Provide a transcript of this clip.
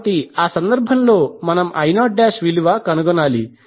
కాబట్టి ఆ సందర్భంలో మనం I0 విలువ కనుగొనాలి